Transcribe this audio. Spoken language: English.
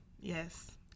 yes